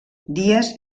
dies